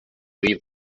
leave